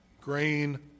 grain